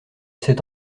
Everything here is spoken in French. cet